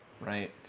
right